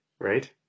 Right